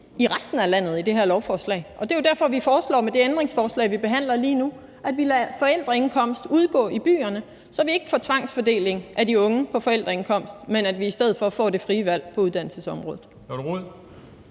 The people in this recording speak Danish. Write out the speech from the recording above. i resten af landet. Og det er jo derfor, vi med det ændringsforslag, vi behandler lige nu, foreslår, at vi lader forældreindkomst udgå i byerne, så vi ikke får tvangsfordeling af de unge efter forældreindkomst, men at vi i stedet får det frie valg på uddannelsesområdet.